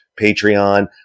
Patreon